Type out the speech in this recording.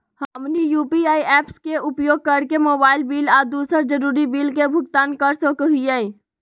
हमनी UPI apps के उपयोग करके मोबाइल बिल आ दूसर जरुरी बिल के भुगतान कर सको हीयई